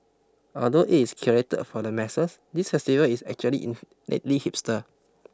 although it is curated for the masses this festival is actually in hipster